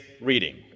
reading